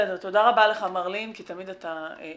בסדר, תודה רבה לך מר לין, תמיד אתה ענייני.